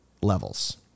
levels